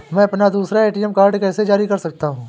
मैं अपना दूसरा ए.टी.एम कार्ड कैसे जारी कर सकता हूँ?